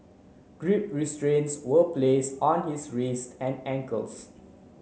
grip restraints were place on his wrists and ankles